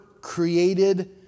created